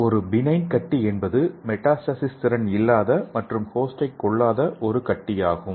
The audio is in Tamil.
ஒரு பினைன் கட்டி என்பது மெட்டாஸ்டாசிஸ் திறன் இல்லாத மற்றும் ஹோஸ்டைக் கொல்லாத ஒரு கட்டியாகும்